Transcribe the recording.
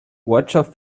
ortschaft